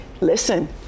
Listen